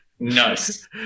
Nice